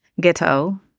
ghetto